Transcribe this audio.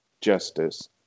justice